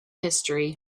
history